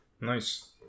Nice